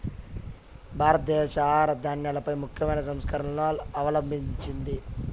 భారతదేశం ఆహార ధాన్యాలపై ముఖ్యమైన సంస్కరణలను అవలంభించింది